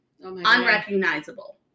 unrecognizable